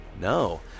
No